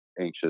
anxious